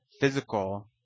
physical